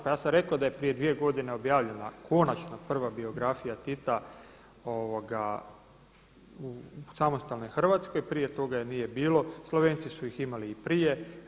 Pa ja sam rekao da je prije dvije godine objavljena konačno prva biografija Tita u samostalnoj Hrvatskoj, prije toga je nije bilo, Slovenci su ih imali i prije.